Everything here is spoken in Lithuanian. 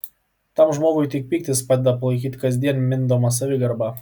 tam žmogui tik pyktis padeda palaikyti kasdien mindomą savigarbą